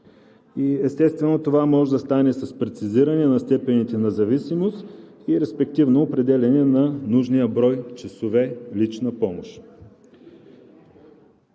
Естествено, това може да стане с прецизиране на степените на зависимост и респективно определяне на нужния брой часове лична помощ.